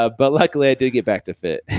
ah but luckily, i did get back to fit.